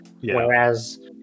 Whereas